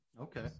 Okay